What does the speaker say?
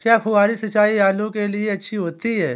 क्या फुहारी सिंचाई आलू के लिए अच्छी होती है?